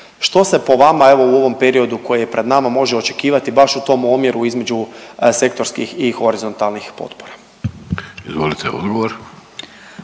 Što se po vama, evo u ovom periodu koji je pred nama može očekivati baš u tom omjeru između sektorskih i horizontalnih potpora? **Vidović,